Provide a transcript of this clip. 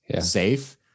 safe